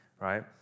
right